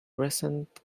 recent